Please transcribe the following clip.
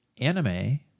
anime